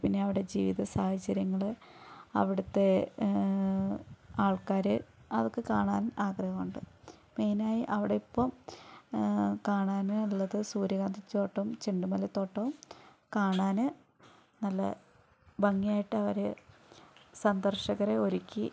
പിന്നെ അവിടെ ജീവിതസാഹചര്യങ്ങൾ അവിടത്തെ ആൾക്കാരെ അതൊക്കെ കാണാൻ ആഗ്രഹമുണ്ട് മെയിനായി അവിടെ ഇപ്പം കാണാൻ ഉള്ളത് സൂര്യകാന്തിത്തോട്ടം ചെണ്ടുമല്ലിത്തോട്ടം കാണാൻ നല്ല ഭംഗിയായിട്ട് അവർ സന്ദർശകരെ ഒരുക്കി